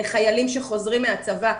לחיילים שחוזרים מהצבא,